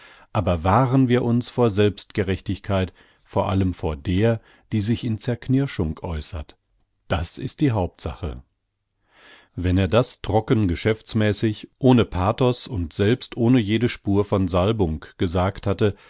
aber wahren wir uns vor selbstgerechtigkeit vor allem vor der die sich in zerknirschung äußert das ist die hauptsache wenn er das trocken geschäftsmäßig ohne pathos und selbst ohne jede spur von salbung gesagt hatte